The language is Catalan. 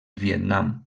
vietnam